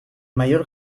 mayor